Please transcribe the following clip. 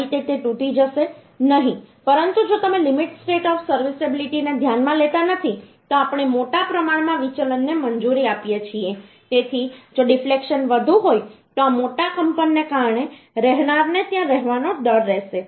આ રીતે તે તૂટી જશે નહીં પરંતુ જો તમે લિમિટ સ્ટેટ ઓફ સર્વિસિબિલિટી ને ધ્યાનમાં લેતા નથી તો આપણે મોટા પ્રમાણમાં વિચલન ને મંજૂરી આપીએ છીએ તેથી જો ડિફ્લેક્શન વધુ હોય તો આ મોટા કંપનને કારણે રહેનારને ત્યાં રહેવાનો ડર રહેશે